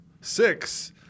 six